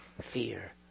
fear